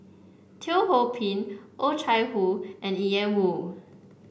Teo Ho Pin Oh Chai Hoo and Ian Woo